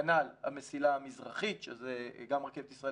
כנ"ל המסילה המזרחית שזה גם רכבת ישראל